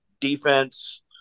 defense